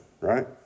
right